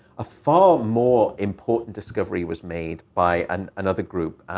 a far more important discovery was made by an another group,